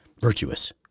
virtuous